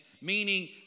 meaning